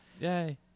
Yay